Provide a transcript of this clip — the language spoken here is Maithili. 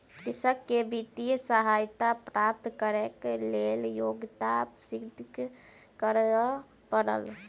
कृषक के वित्तीय सहायता प्राप्त करैक लेल योग्यता सिद्ध करअ पड़ल